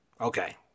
Okay